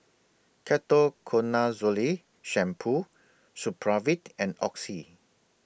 Ketoconazole Shampoo Supravit and Oxy